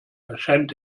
erscheint